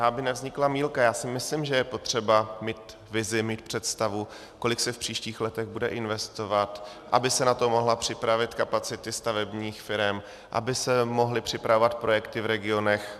Aby nevznikla mýlka, já si myslím, že je potřeba mít vizi, mít představu, kolik se v příštích letech bude investovat, aby se na to mohly připravit kapacity stavebních firem, aby se mohly připravovat projekty v regionech.